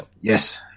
yes